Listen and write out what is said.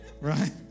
Right